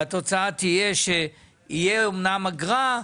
והתוצאה תהיה שאמנם תהיה אגרה,